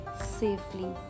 safely